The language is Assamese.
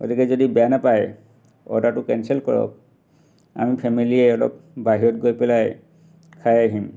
গতিকে যদি বেয়া নাপায় অৰ্ডাৰটো কেঞ্চেল কৰক আমি ফেমেলীয়ে অলপ বাহিৰত গৈ পেলাই খাই আহিম